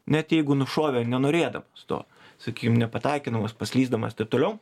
net jeigu nušovė nenorėdamas to sakykim nepataikydamas paslysdamas taip toliau